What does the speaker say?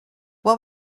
what